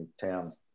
town